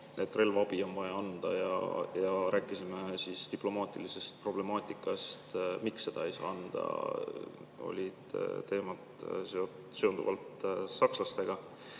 et relvaabi on vaja anda, ja rääkisime diplomaatilisest problemaatikast, miks seda ei saa anda. Olid teemad seonduvalt sakslastega.